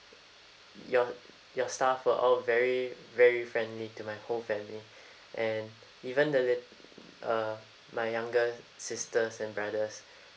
your your staff were all very very friendly to my whole family and even though the lit~ uh my younger sisters and brothers